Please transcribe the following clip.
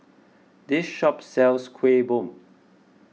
this shop sells Kuih Bom